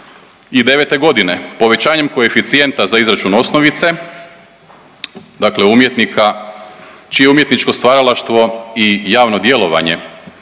iz 2009. godine, povećanjem koeficijenta za iznos osnovice, dakle umjetnika čije umjetničko stvaralaštvo i javno djelovanje